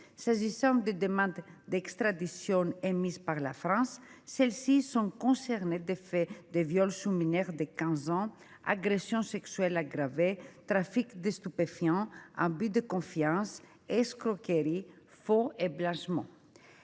Les demandes d’extradition émises par la France ont concerné des faits de viol sur mineur de 15 ans, agressions sexuelles aggravées, trafic de stupéfiants, abus de confiance, escroquerie, faux et blanchiment.